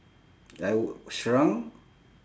I would shrunk